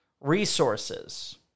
resources